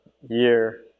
year